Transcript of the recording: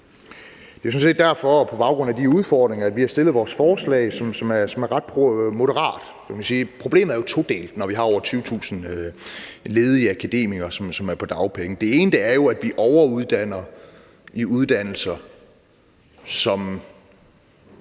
udfordringer, at vi har stillet vores forslag, som er ret moderat. Man kan sige, at problemet jo er todelt, når vi har over 20.000 ledige akademikere, som er på dagpenge. Det ene er jo, at vi overuddanner på uddannelser, som